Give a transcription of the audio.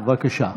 בבקשה.